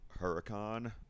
Huracan